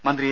മന്ത്രി എ